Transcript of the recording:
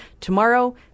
Tomorrow